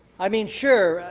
i mean, sure,